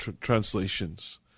Translations